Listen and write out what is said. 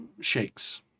shakes